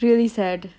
really sad